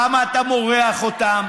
כמה אתה מורח אותם,